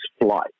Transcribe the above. flight